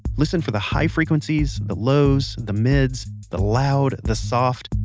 listen for the high frequencies, the lows, the mids. the loud, the soft.